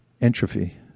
Entropy